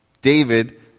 David